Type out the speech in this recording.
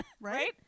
Right